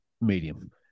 medium